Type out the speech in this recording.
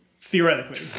Theoretically